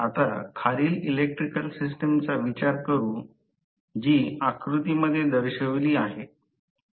आता खालील इलेक्ट्रिकल सिस्टमचा विचार करू जी आकृतीमध्ये दर्शविली आहे